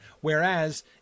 Whereas